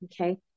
Okay